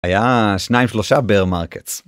‫היה שניים-שלושה "בייר-מרקטס".